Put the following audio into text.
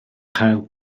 chael